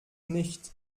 nicht